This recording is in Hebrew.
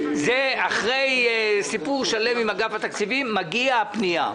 אחרי סיפור שלם עם אגף התקציבים מגיעה הפנייה.